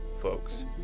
folks